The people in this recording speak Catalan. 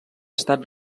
estat